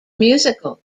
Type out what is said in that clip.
musical